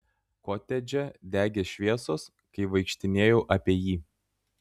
kotedže degė šviesos kai vaikštinėjau apie jį